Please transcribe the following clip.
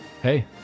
Hey